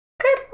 good